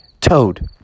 toad